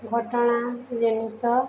ଘଟଣା ଜିନିଷ